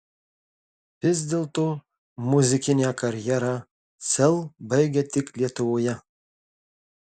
vis dėlto muzikinę karjerą sel baigia tik lietuvoje